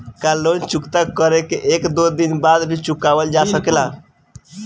का लोन चुकता कर के एक दो दिन बाद भी चुकावल जा सकेला?